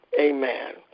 Amen